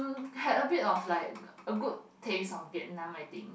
had a bit of like a good taste of Vietnam I think